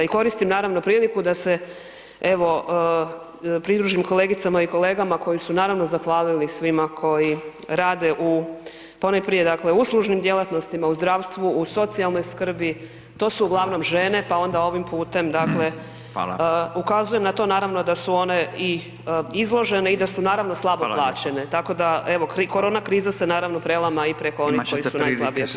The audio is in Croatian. I koristim naravno priliku da se evo pridružim kolegicama i kolegama koji su naravno zahvalili svima koji rade u ponajprije dakle u uslužnim djelatnostima, u zdravstvu, u socijalnoj skrbi, to su uglavnom žene pa onda ovim putem dakle ukazujem na to naravno da su one i izložene i da su naravno slabo plaćene [[Upadica Radin: Hvala lijepa.]] Tako da evo, korona kriza se naravno prelama i preko onih koji su najslabije plaćeni.